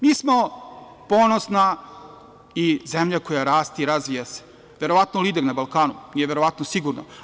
Mi smo ponosna i zemlja koja raste i razvija se, verovatno lider na Balkanu, nije verovatno, sigurno.